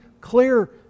clear